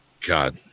God